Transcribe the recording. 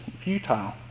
futile